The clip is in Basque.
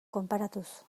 konparatuz